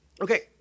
Okay